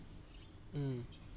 mm